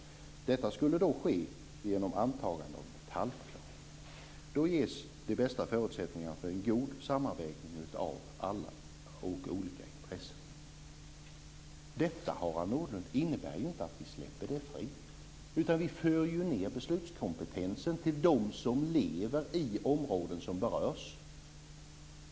Detta skall då ske genom antagande av detaljplan. Då ges de bästa förutsättningarna för en god sammanvägning av olika intressen." Detta innebär inte att vi släpper det fritt, Harald Nordlund, utan vi för ju ned beslutskompetensen till dem som lever i områden som berörs.